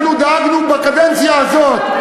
אנחנו דאגנו בקדנציה הזאת,